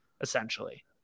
essentially